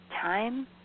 Time